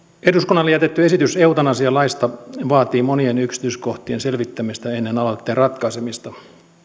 eduskunnalle jätetty esitys eutanasialaista vaatii monien yksityiskohtien selvittämistä ennen aloitteen ratkaisemista